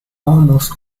almost